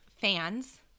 fans